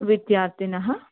विद्यार्थिनः